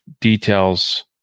details